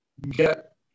get